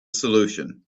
solution